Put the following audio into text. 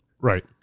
Right